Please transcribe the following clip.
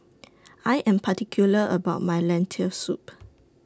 I Am particular about My Lentil Soup